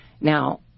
now